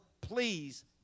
please